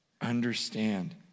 Understand